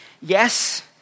Yes